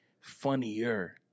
funnier